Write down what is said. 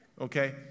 Okay